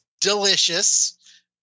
delicious